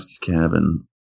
cabin